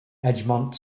edgemont